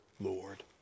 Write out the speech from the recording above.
Lord